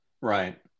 right